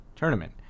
Tournament